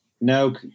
No